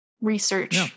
research